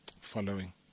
Following